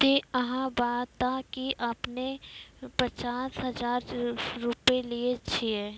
ते अहाँ बता की आपने ने पचास हजार रु लिए छिए?